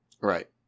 right